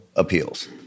appeals